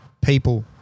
people